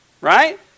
Right